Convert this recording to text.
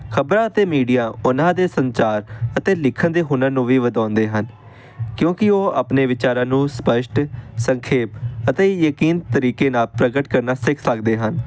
ਖਬਰਾਂ ਅਤੇ ਮੀਡੀਆ ਉਨ੍ਹਾਂ ਦੇ ਸੰਚਾਰ ਅਤੇ ਲਿਖਣ ਦੇ ਹੁਨਰ ਨੂੰ ਵੀ ਵਧਾਉਂਦੇ ਹਨ ਕਿਉਂਕਿ ਉਹ ਆਪਣੇ ਵਿਚਾਰਾਂ ਨੂੰ ਸਪਸ਼ਟ ਸੰਖੇਪ ਅਤੇ ਯਕੀਨ ਤਰੀਕੇ ਨਾਲ ਪ੍ਰਗਟ ਕਰਨਾ ਸਿੱਖ ਸਕਦੇ ਹਨ